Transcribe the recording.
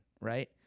right